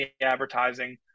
advertising